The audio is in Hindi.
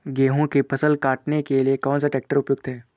गेहूँ की फसल काटने के लिए कौन सा ट्रैक्टर उपयुक्त है?